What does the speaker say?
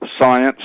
science